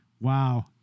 Wow